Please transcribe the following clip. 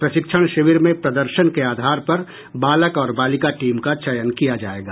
प्रशिक्षण शिविर में प्रदर्शन के आधार पर बालक और बालिका टीम का चयन किया जायेगा